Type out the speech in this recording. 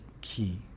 key